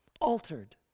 altered